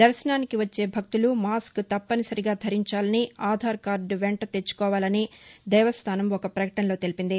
దర్శనానికి వచ్చే భక్తులు మాస్ము తప్పనిసరిగా ధరించాలని ఆధార్ కార్లు వెంట తెచ్చుకోవాలని దేవస్థానం ఒక ప్రకటనలో తెలిపింది